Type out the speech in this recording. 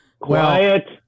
Quiet